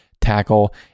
tackle